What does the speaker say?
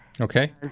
Okay